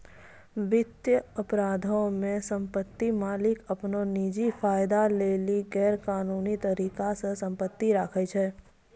वित्तीय अपराधो मे सम्पति मालिक अपनो निजी फायदा लेली गैरकानूनी तरिका से सम्पति राखै छै